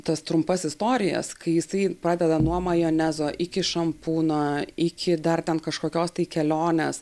tas trumpas istorijas kai jisai pradeda nuo majonezo iki šampūno iki dar ten kažkokios tai kelionės